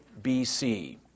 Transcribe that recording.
BC